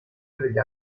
degli